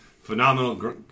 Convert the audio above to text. Phenomenal